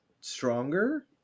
stronger